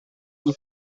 ogni